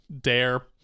dare